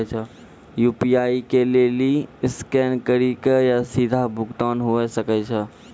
UPI के लेली scan करि के या सीधा भुगतान हुये सकै छै